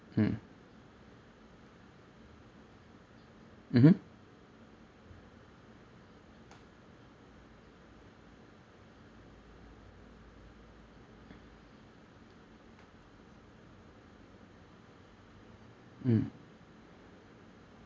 mm mmhmm mm